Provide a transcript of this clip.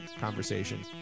conversation